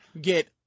get